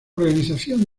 organización